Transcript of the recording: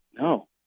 No